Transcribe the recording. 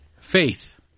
Faith